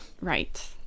right